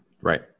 right